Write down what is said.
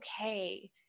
okay